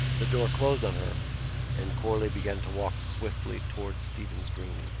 the door closed on her and corley began to walk swiftly towards stephen's green.